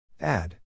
Add